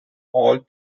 all